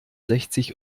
sechzig